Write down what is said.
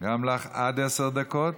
גם לך עד עשר דקות.